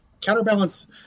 Counterbalance